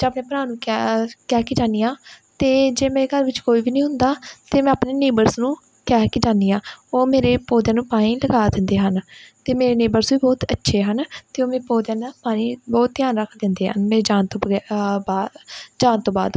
ਜਾਂ ਆਪਣੇ ਭਰਾ ਨੂੰ ਕਹਿ ਕਹਿ ਕੇ ਜਾਂਦੀ ਹਾਂ ਅਤੇ ਜੇ ਮੇਰੇ ਘਰ ਵਿੱਚ ਕੋਈ ਵੀ ਨਹੀਂ ਹੁੰਦਾ ਤਾਂ ਮੈਂ ਆਪਣੇ ਨੇਬਰਸ ਨੂੰ ਕਹਿ ਕੇ ਜਾਂਦੀ ਹਾਂ ਉਹ ਮੇਰੇ ਪੌਦਿਆਂ ਨੂੰ ਪਾਣੀ ਲਗਾ ਦਿੰਦੇ ਹਨ ਅਤੇ ਮੇਰੇ ਨੇਬਰਸ ਵੀ ਬਹੁਤ ਅੱਛੇ ਹਨ ਅਤੇ ਉਹ ਮੇਰੇ ਪੌਦਿਆਂ ਦਾ ਪਾਣੀ ਬਹੁਤ ਧਿਆਨ ਰੱਖ ਦਿੰਦੇ ਹਨ ਮੇਰੇ ਜਾਣ ਤੋਂ ਵਗੈ ਬਾਅਦ ਜਾਣ ਤੋਂ ਬਾਅਦ